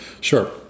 sure